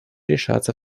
решаться